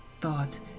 thoughts